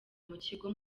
mukigo